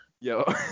Yo